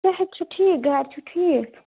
صحت چھُ ٹھیٖک گَرِ چھُ ٹھیٖک